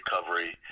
recovery